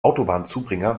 autobahnzubringer